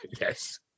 Yes